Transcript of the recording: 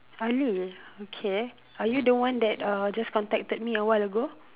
ali okay are you the one that uh just contacted me awhile ago